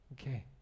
Okay